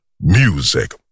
Music